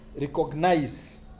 recognize